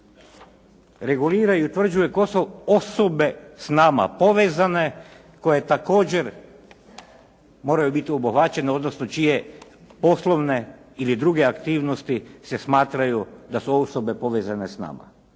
zakon regulira i utvrđuje tko su osobe s nama povezane koje također moraju biti obuhvaćene, odnosno čije poslovne ili druge aktivnosti se smatraju da su osobe povezane s nama.